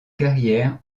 carrière